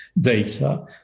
data